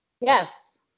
Yes